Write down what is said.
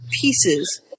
pieces